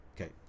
Okay